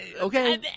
Okay